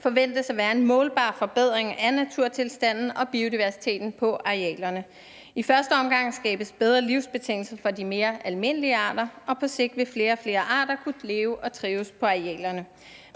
forventes at være en målbar forbedring af naturtilstanden og biodiversiteten på arealerne. I første omgang skabes bedre livsbetingelser for de mere almindelige arter, og på sigt ville flere og flere arter kunne leve og trives på arealerne.